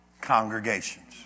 congregations